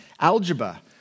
Algebra